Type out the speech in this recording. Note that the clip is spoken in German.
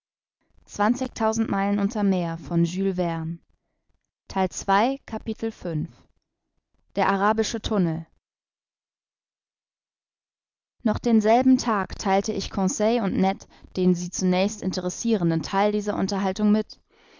der arabische tunnel noch denselben tag theilte ich conseil und ned den sie zunächst interessirenden theil dieser unterhaltung mit